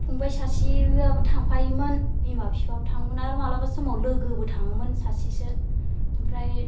फंबाय सासेयाबो थांफायोमोन बिमा बिफाबो थाङोमोन आरो माब्लाबा समाव लोगोबो थाङोमोन सासेसो ओमफ्राय